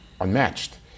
unmatched